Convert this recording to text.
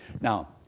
Now